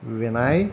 Vinay